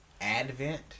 Advent